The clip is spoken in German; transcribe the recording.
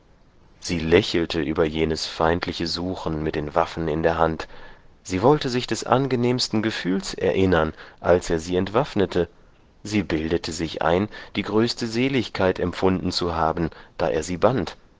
sie lächelte über jenes feindliche suchen mit den waffen in der hand sie wollte sich des angenehmsten gefühls erinnern als er sie entwaffnete sie bildete sich ein die größte seligkeit empfunden zu haben da er sie band